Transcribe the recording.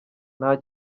nta